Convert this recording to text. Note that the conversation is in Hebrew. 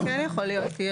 זה כן יכול להיות.